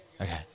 Okay